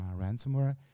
ransomware